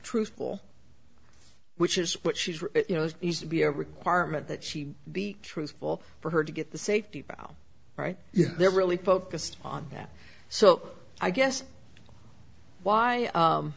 truthful which is what she used to be a requirement that she be truthful for her to get the safety about right yeah they're really focused on that so i guess why